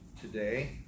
today